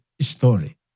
story